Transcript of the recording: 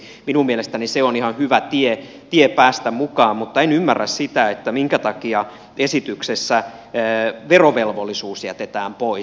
minun mielestäni se on ihan hyvä tie päästä mukaan mutta en ymmärrä sitä minkä takia esityksessä verovelvollisuus jätetään pois